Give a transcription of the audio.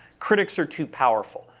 critics are too powerful.